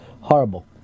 horrible